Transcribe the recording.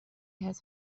has